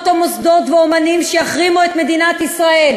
או מוסדות ואמנים שיחרימו את מדינת ישראל.